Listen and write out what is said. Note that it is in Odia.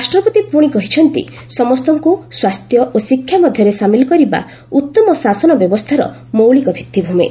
ରାଷ୍ଟ୍ରପତି ପୁଣି କହିଛନ୍ତି ସମସ୍ତଙ୍କୁ ସ୍ୱାସ୍ଥ୍ୟ ଓ ଶିକ୍ଷା ମଧ୍ୟରେ ସାମିଲ୍ କରିବା ଉତ୍ତମ ଶାସନ ବ୍ୟବସ୍ଥାର ମୌଳିକ ଭିତ୍ତିଭୂମି